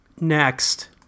Next